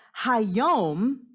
Hayom